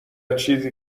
چیزی